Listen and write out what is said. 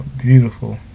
beautiful